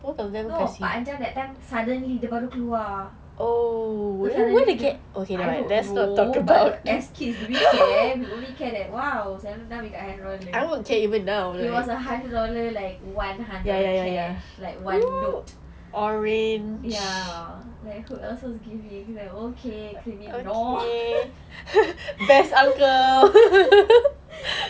no panjang that time suddenly dia baru keluar then suddenly dia I don't know but as kids do we care we only care that !wow! so now we got hari raya money it was a hundred dollar like one dollar care like one note ya like who else give us okay claim in now